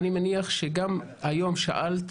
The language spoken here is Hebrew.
ראיתי לנכון להדגיש את זה כי זה לא הופיע בדברים של מינהל התכנון.